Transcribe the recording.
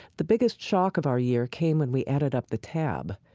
the biggest shock of our year came when we added up the tab.